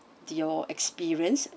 your experience